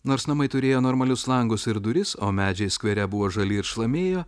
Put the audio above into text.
nors namai turėjo normalius langus ir duris o medžiai skvere buvo žali ir šlamėjo